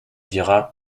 dira